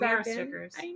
stickers